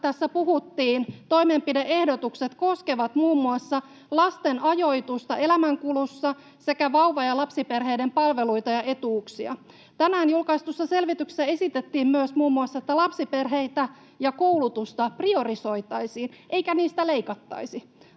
tässä puhuttiin, toimenpide-ehdotukset koskevat muun muassa lasten ajoitusta elämänkulussa sekä vauva- ja lapsiperheiden palveluita ja etuuksia. Tänään julkaistussa selvityksessä esitettiin myös muun muassa, että lapsiperheitä ja koulutusta priorisoitaisiin eikä niistä leikattaisi.